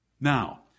Now